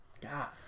God